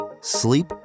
sleep